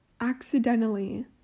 accidentally